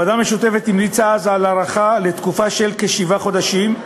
הוועדה המשותפת המליצה אז על הארכה לתקופה של כשבעה חודשים,